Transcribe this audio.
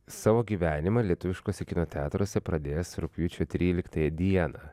savo gyvenimą lietuviškuose kino teatruose pradės rugpjūčio tryliktąją dieną